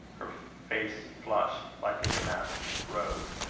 her face flushed like a damask rose.